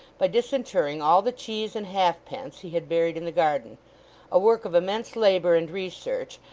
by disinterring all the cheese and halfpence he had buried in the garden a work of immense labour and research,